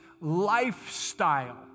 lifestyle